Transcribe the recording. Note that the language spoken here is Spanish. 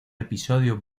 episodio